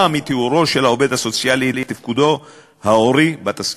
מתיאורו של העובד הסוציאלי את תפקודו ההורי בתסקיר.